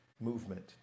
Movement